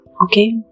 okay